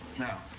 now,